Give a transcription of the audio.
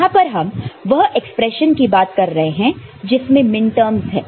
यहां पर हम वह एक्सप्रेशन की बात कर रहे हैं जिसमें मिनटर्मस है